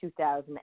2000